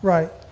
Right